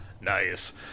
nice